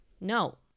no